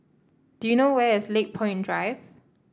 do you know where is Lakepoint Drive